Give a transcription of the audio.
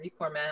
reformat